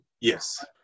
Yes